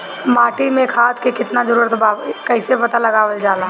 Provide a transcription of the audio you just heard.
माटी मे खाद के कितना जरूरत बा कइसे पता लगावल जाला?